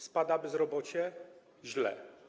Spada bezrobocie - źle.